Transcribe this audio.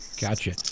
Gotcha